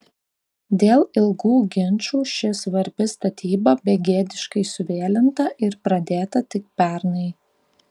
dėl ilgų ginčų ši svarbi statyba begėdiškai suvėlinta ir pradėta tik pernai